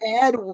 add